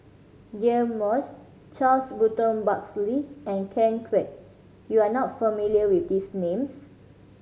Deirdre Moss Charles Burton Buckley and Ken Kwek you are not familiar with these names